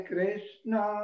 Krishna